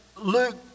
Luke